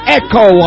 echo